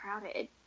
crowded